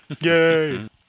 Yay